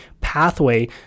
pathway